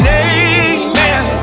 amen